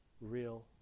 real